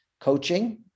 coaching